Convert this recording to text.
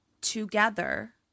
together